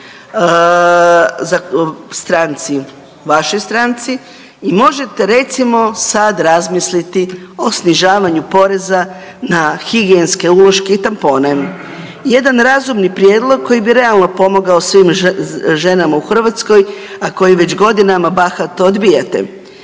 stranci, vašoj stranci i možete recimo sad razmisliti o snižavanju poreza na higijenske uloške i tampone. Jedan razumni prijedlog koji bi realno pomogao svim ženama u Hrvatskoj, a koji već godinama bahato odbijate.